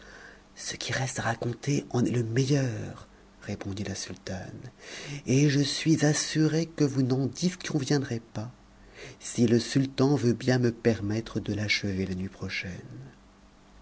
ce qui reste à raconter en est le meilleur répondit la sultane et je suis assurée que vous n'en disconviendrez pas si le sultan veut bien me permettre de l'achever la nuit prochaine